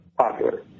popular